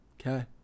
Okay